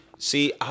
See